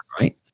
Right